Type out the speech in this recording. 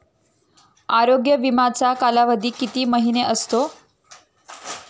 आरोग्य विमाचा कालावधी किती महिने असतो?